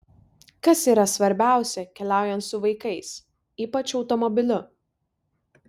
kas yra svarbiausia keliaujant su vaikais ypač automobiliu